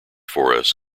forests